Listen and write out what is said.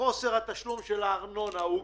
ואחמד עכשיו